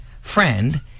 friend